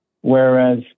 Whereas